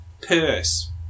purse